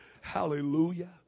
Hallelujah